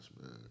Man